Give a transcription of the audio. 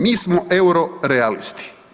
Mi smo eurorealisti.